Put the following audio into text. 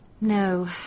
No